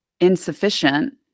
insufficient